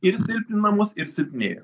ir silpninamos ir silpnėja